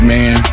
Man